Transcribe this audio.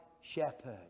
shepherd